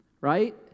Right